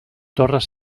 torres